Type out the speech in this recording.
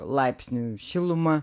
laipsnių šilumą